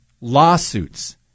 lawsuits